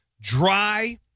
dry